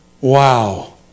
Wow